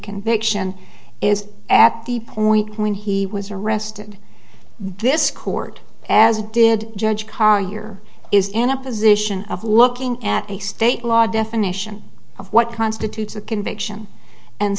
conviction is at the point when he was arrested this court as it did judge karr year is in a position of looking at a state law definition of what constitutes a conviction and